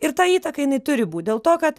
ir ta įtaka jinai turi būt dėl to kad